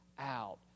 out